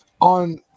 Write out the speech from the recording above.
On